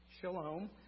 Shalom